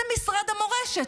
זה משרד המורשת.